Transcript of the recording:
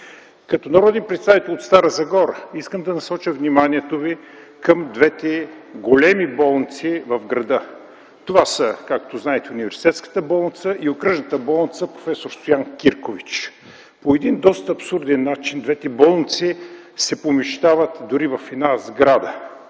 Като народен представител от Стара Загора искам да насоча вниманието Ви към двете големи болници в града. Това са, както знаете, Университетската болница и Окръжната болница „Проф. Стоян Киркович”. По един доста абсурден начин двете болници се помещават дори в една сграда.